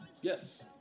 yes